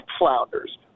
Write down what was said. flounders